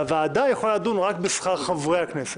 והוועדה יכולה לדון רק בשכר חברי הכנסת.